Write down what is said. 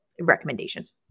recommendations